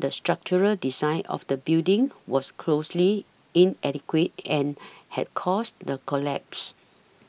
the structural design of the building was grossly inadequate and had caused the collapse